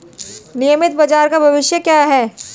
नियमित बाजार का भविष्य क्या है?